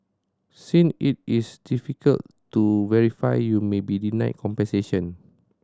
since it is difficult to verify you may be denied compensation